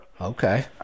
Okay